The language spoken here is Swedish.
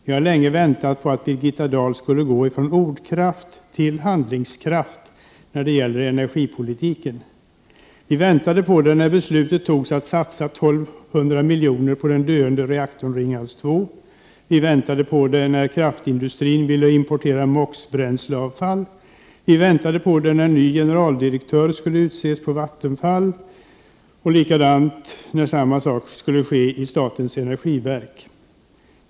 Vi har länge väntat på att Birgitta Dahl skulle gå från ordkraft till handlingskraft när det gäller energipolitiken. Vi väntade på det när beslutet fattades att satsa 1 200 miljoner på den döende reaktorn Ringhals 2. Vi väntade på det när kraftindustin ville importera MOX-bränsleavfall. Vi väntade på det när ny generaldirektör skulle utses på Vattenfall. Vi väntade på det när det skulle utses ny generaldirektör i statens energiverk.